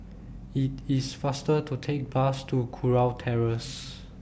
IT IS faster to Take Bus to Kurau Terrace